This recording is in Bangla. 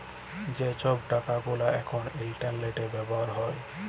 যে ছব টাকা গুলা এখল ইলটারলেটে ব্যাভার হ্যয়